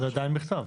זה עדיין בכתב.